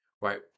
right